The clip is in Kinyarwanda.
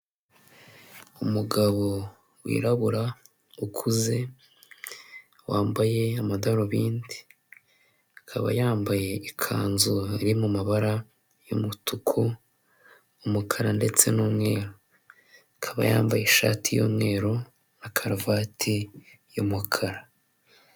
Umugabo wirabura ukuze wambaye amadarubindi akaba yambaye ikanzu iri mu mabara y'umutuku umukara ndetse n'umweru akaba yambaye ishati y'umweru na karuvati y'umukara.